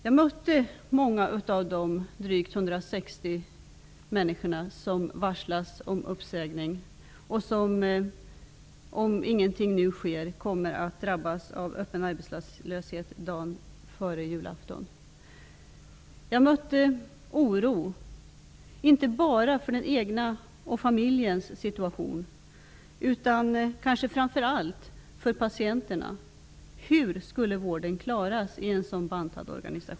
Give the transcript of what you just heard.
Jag mötte många av de drygt 160 människor som varslas om uppsägning. Om inget sker nu kommer de att drabbas av öppen arbetslöshet dagen före julafton. Jag mötte oro, inte bara för den egna familjens situation, utan kanske framför allt för patienterna.